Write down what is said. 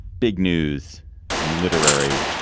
big news in literary,